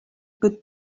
good